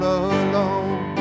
alone